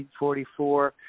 1944